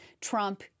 Trump